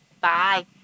Bye